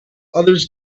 others